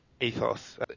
ethos